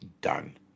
done